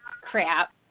crap